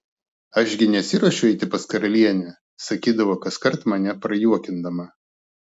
aš gi nesiruošiu eiti pas karalienę sakydavo kaskart mane prajuokindama